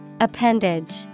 Appendage